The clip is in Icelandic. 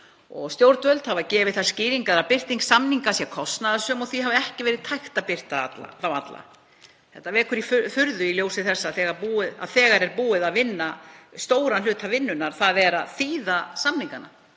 Stjórnvöld hafa gefið þær skýringar að birting samninga sé kostnaðarsöm og því hafi ekki verið tækt að birta þá alla. Þetta vekur furðu í ljósi þess að þegar er búið að vinna stóran hluta vinnunnar, þ.e. að þýða samningana.